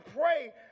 pray